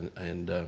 and